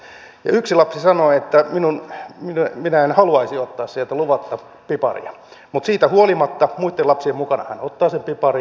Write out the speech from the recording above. lapset keskenään menevät ja yksi lapsi sanoo että minä en haluaisi ottaa sieltä luvatta piparia mutta siitä huolimatta muitten lapsien mukana hän ottaa sen piparin